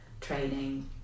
training